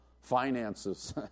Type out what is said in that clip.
Finances